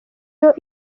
nayo